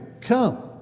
come